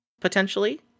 potentially